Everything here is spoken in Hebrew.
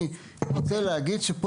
רוצה להגיד לכם